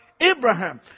Abraham